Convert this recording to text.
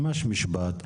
ממש משפט,